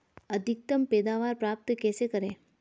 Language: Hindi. अधिकतम पैदावार प्राप्त कैसे करें?